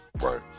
Right